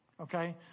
okay